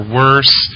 worse